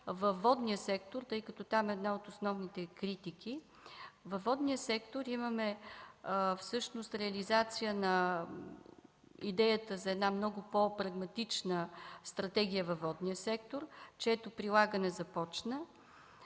във водния сектор, тъй като там е една от основните критики. Там имаме реализация на идеята за една много по-прагматична стратегия в този сектор, чието прилагане започна.